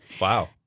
Wow